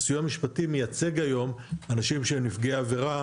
הסיוע המשפטי מייצג היום אנשים שהם נפגעי עבירה